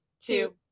two